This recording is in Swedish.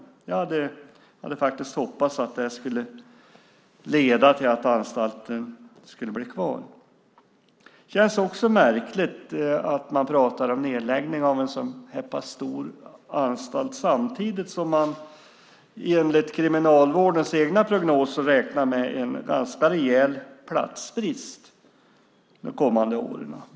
Jag hade faktiskt hoppats att det skulle leda till att anstalten skulle bli kvar. Det känns också märkligt att man pratar om nedläggning av en så här pass stor anstalt samtidigt som man, enligt Kriminalvårdens egna prognoser, räknar med en ganska rejäl platsbrist de kommande åren.